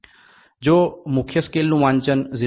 જો મુખ્ય સ્કેલનું વાંચન 0